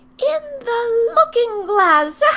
in the looking glass.